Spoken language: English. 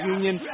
Union